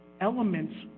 elements